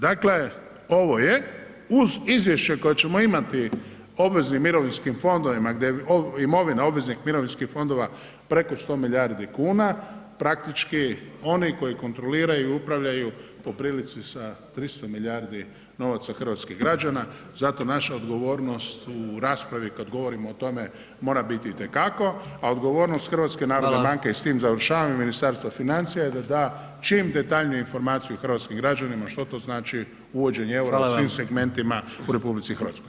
Dakle ovo je uz izvješće koje ćemo imati obveznim mirovinskim fondovima gdje je imovina obveznih mirovina preko 100 milijardi kuna, praktički oni koji kontroliraju i upravljaju po prilici sa 300 milijardi novaca hrvatskih građana zato naša odgovornost u raspravi kad govorimo o tome mora biti itekako a odgovornost HNB-a i s tim završavam [[Upadica predsjednik: Hvala.]] i Ministarstva financija je da da čim detaljnije informacije hrvatskim građanima što to znači uvođenje eura [[Upadica predsjednik: Hvala vam.]] u svim segmentima u RH.